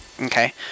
Okay